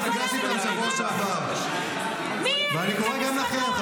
למה, גלעד קריב העביר מזוודות עם דולרים לחמאס?